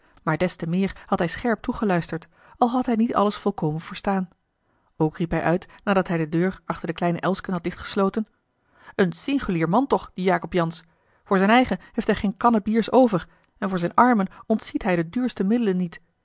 maar des te meer had hij scherp toegeluisterd al had hij niet alles volkomen verstaan ook riep hij uit nadat hij de deur achter de kleine elsken had dichtgesloten een singulier man toch die jacob jansz voor zijn eigen heeft hij geen kanne biers over a l g bosboom-toussaint de delftsche wonderdokter eel en voor zijne armen ontziet hij de duurste middelen niet